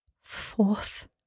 fourth